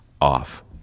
off